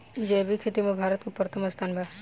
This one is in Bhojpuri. जैविक खेती में भारत के प्रथम स्थान बा